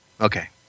Okay